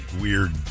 weird